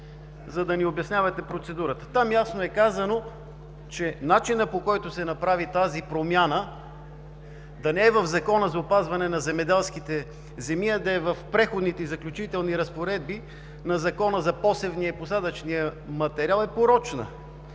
за да ни обяснявате процедурата. Там ясно е казано, че начинът, по който се направи тази промяна – да не е в Закона за опазване на земеделските земи, а да е в Преходните и заключителни разпоредби на Закона за посевния и посадъчния материал, е порочна.